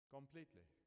Completely